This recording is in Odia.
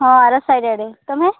ହଁ ଆର ସାହି ଆଡ଼େ ତମେ